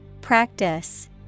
Practice